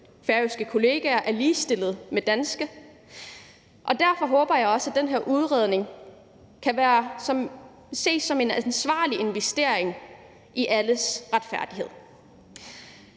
færøske kolleger er ligestillede med danske. Derfor håber jeg også, at den her udredning kan ses som en ansvarlig investering og være retfærdig